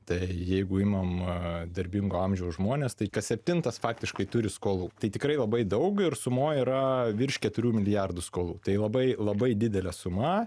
tai jeigu imama darbingo amžiaus žmonės tai kas septintas faktiškai turi skolų tai tikrai labai daug ir sumoje yra virš keturių milijardų skolų tai labai labai didelė suma